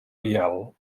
vial